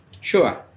Sure